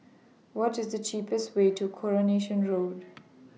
What IS The cheapest Way to Coronation Road